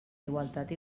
igualtat